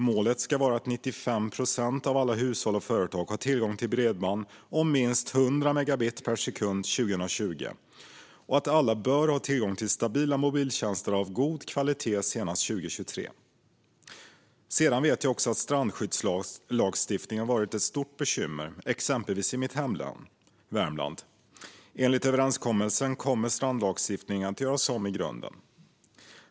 Målet ska vara att 95 procent av alla hushåll och företag ska ha tillgång till bredband om minst 100 megabit per sekund 2020 och att alla bör ha tillgång till stabila mobiltjänster av god kvalitet senast 2023. Sedan vet jag också att strandskyddslagstiftningen varit ett stort bekymmer, exempelvis i mitt hemlän Värmland. Enligt överenskommelsen kommer strandskyddslagstiftningen att göras om i grunden.